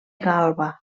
galba